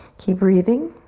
keep breathing,